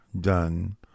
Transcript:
done